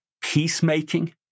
peacemaking